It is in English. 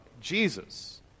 Jesus